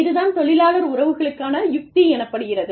இது தான் தொழிலாளர் உறவுகளுக்கான யுக்தி எனப்படுகிறது